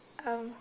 um